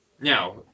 Now